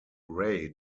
ray